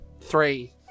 Three